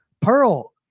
Pearl